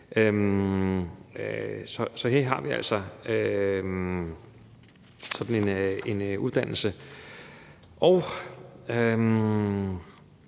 Her har vi altså sådan en uddannelse.